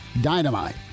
dynamite